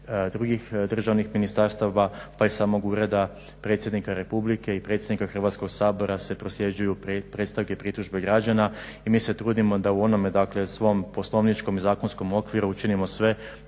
drugih državnih ministarstava pa i samog Ureda predsjednika Republike i predsjednika Hrvatskog sabora se prosljeđuju predstavke i pritužbe građana. I mi se trudimo da u onome, dakle svom poslovničkom i zakonskom okviru učinimo sve